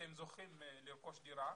שהם זוכים לרכוש דירה.